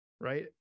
right